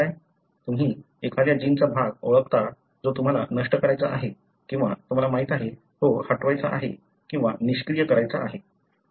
तुम्ही एखाद्या जिनचा भाग ओळखता जो तुम्हाला नष्ट करायचा आहे किंवा तुम्हाला माहीत आहे हटवायचा आहे किंवा निष्क्रिय करायचा आहे